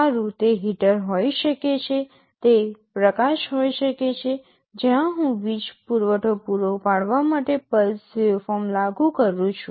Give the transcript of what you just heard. સારું તે હીટર હોઈ શકે છે તે પ્રકાશ હોઈ શકે છે જ્યાં હું વીજ પુરવઠો પૂરો પાડવા માટે પલ્સ વેવફોર્મ લાગુ કરું છું